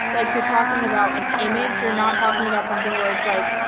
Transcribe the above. like, you're talking about an image, you're not talking about something where it's like,